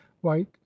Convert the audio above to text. white